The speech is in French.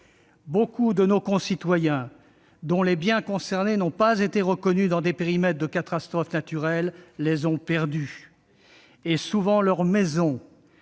Beaucoup de nos concitoyens dont les biens concernés n'ont pas été reconnus dans des périmètres de catastrophe naturelle les ont perdus ; c'est souvent le cas